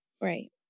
Right